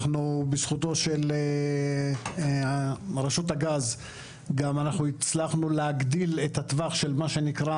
בזכות רשות הגז גם אנחנו הצלחנו להגדיל את הטווח של מה שנקרא